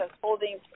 holding